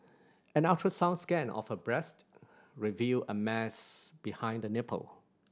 an ultrasound scan of her breast revealed a mass behind the nipple